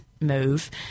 move